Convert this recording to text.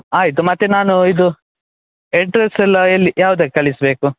ಆಯಿತು ಮತ್ತೆ ನಾನು ಇದು ಅಡ್ರೆಸ್ ಎಲ್ಲ ಎಲ್ಲಿ ಯಾವ್ದಕ್ಕೆ ಕಳಿಸಬೇಕು